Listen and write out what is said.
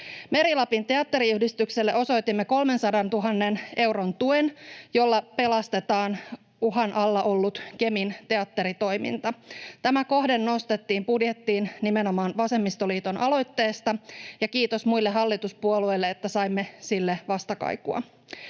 Meri-Lapin Teatteriyhdistykselle osoitimme 300 000 euron tuen, jolla pelastetaan uhan alla ollut Kemin teatteritoiminta. Tämä kohde nostettiin budjettiin nimenomaan vasemmistoliiton aloitteesta, ja kiitos muille hallituspuolueille, että saimme sille vastakaikua.